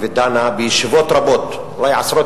וכאן אני חושב שנגמרו כמעט הפטנטים למשרד